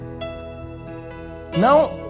Now